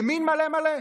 ימין מלא מלא.